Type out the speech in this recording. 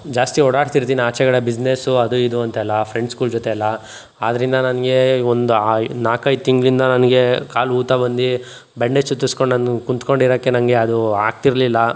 ಜಾಸ್ತಿ ಓಡಾಡ್ತಿರ್ತೀನಿ ಆಚೆ ಕಡೆ ಬಿಸ್ನೆಸ್ಸು ಅದು ಇದು ಅಂತೆಲ್ಲ ಫ್ರೆಂಡ್ಸ್ಗಳ್ ಜೊತೆ ಎಲ್ಲ ಆದ್ರಿಂದ ನನಗೆ ಒಂದು ಆ ನಾಲ್ಕೈದು ತಿಂಗಳಿಂದ ನನಗೆ ಕಾಲು ಊತ ಬಂದು ಬ್ಯಾಂಡೇಜ್ ಸುತ್ತುಸ್ಕೊಂಡು ನಾನು ಕುಂತುಕೊಂಡಿರಕ್ಕೆ ನಂಗೆ ಅದು ಆಗ್ತಿರಲಿಲ್ಲ